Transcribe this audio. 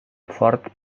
fort